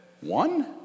One